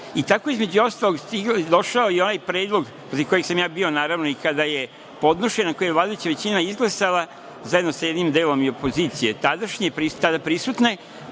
sveta. Tako između ostalog je došao i onaj predlog, za koji sam ja bio naravno i kada je podnošeno, kada je vladajuća većina izglasala zajedno sa jednim delom i opozicije tadašnje, tada prisutne,